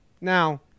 Now